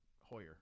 Hoyer